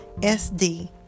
SD